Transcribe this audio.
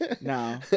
no